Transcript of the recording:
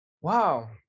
Wow